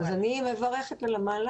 אז אני מברכת על המהלך.